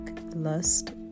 lust